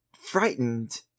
frightened